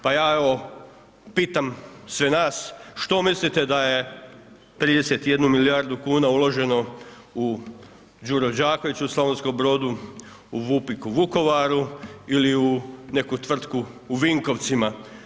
Pa ja evo pitam sve nas, što mislite da je 31 milijardu kuna uloženo u Đuro Đaković u Slavonskom Brodu, u Vupik u Vukovaru ili u neku tvrtku u Vinkovcima.